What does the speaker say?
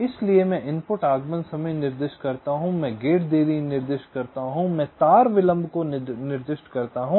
इसलिए मैं इनपुट आगमन समय निर्दिष्ट करता हूं मैं गेट देरी निर्दिष्ट करता हूं मैं तार विलंब निर्दिष्ट करता हूं